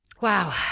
Wow